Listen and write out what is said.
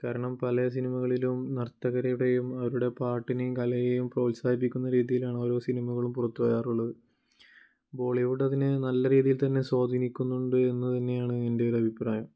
കാരണം പല സിനിമകളിലും നർത്തകരുടെയും അവരുടെ പാട്ടിനേയും കലയേയും പ്രോത്സാഹിപ്പിക്കുന്ന രീതിയിലാണ് ഓരോ സിനിമകളും പുറത്തു വരാറുള്ളത് ബോളിവുഡ് അതിനെ നല്ല രീതിയിൽ തന്നെ സ്വാധീനിക്കുന്നുണ്ട് എന്നു തന്നെയാണ് എൻ്റെ ഒരു അഭിപ്രായം